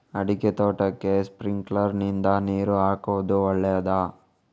ಅಡಿಕೆ ತೋಟಕ್ಕೆ ಸ್ಪ್ರಿಂಕ್ಲರ್ ನಿಂದ ನೀರು ಹಾಕುವುದು ಒಳ್ಳೆಯದ?